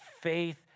faith